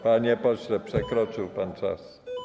Panie pośle, przekroczył pan czas.